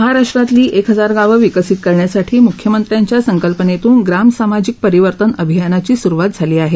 महाराष्ट्रातली एक हजार गावं विकसित करण्यासाठी मुख्यमंत्र्यांच्या संकल्पनेतून ग्राम सामाजिक परिवर्तन अभियानाची सुरुवात झाली आहे